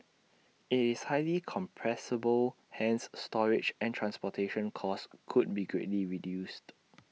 IT is highly compressible hence storage and transportation costs could be greatly reduced